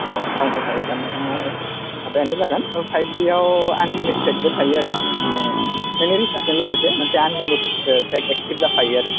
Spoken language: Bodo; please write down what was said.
अ' टाउनाव थायोबा बिथांआ माबायानो जागोन फाइबजिआव आनलिमितेदबो थायो आरो माने नोङो रिसार्जजों लोगोसे मोनसे आनलिमित पेक एकतिभ जाफायो आरो